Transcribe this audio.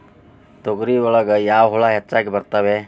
ತೊಗರಿ ಒಳಗ ಯಾವ ಹುಳ ಹೆಚ್ಚಾಗಿ ಬರ್ತವೆ?